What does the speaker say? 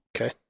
Okay